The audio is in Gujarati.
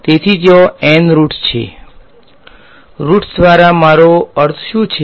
તેથી ત્યાં N રુટ્સ છે રુટ્સ દ્વારા મારો અર્થ શું છે